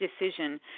decision